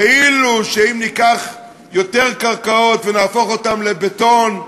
כאילו שאם ניקח יותר קרקעות ונהפוך אותן לבטון,